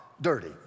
dirty